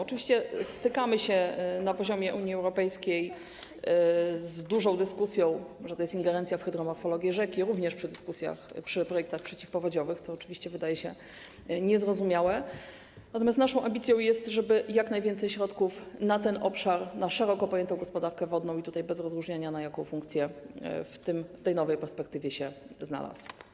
Oczywiście stykamy sią na poziomie Unii Europejskiej z dużą dyskusją dotyczącą tego, że to jest ingerencja w hydromorfologię rzek, również przy projektach przeciwpowodziowych, co oczywiście wydaje się niezrozumiałe, natomiast mamy ambicję, żeby jak najwięcej środków na ten obszar, na szeroko pojętą gospodarkę wodną, bez rozróżniania na jaką funkcję, w tej nowej perspektywie się znalazło.